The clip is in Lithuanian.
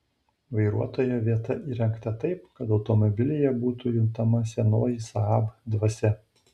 vairuotojo vieta įrengta taip kad automobilyje būtų juntama senoji saab dvasia